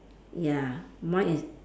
ya mine is